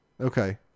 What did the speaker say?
Okay